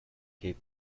cape